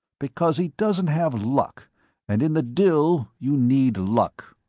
because he doesn't have luck and in the dill you need luck.